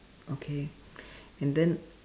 okay and then